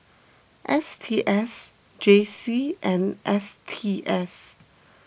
S T S J C and S T S